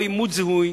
או אימות זיהוי,